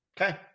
Okay